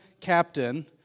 captain